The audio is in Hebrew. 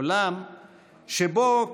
עולם שבו,